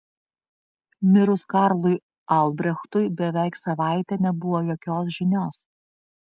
mirus karlui albrechtui beveik savaitę nebuvo jokios žinios